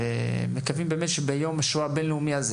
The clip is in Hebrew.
מקווים שביום השואה הבין-לאומי הזה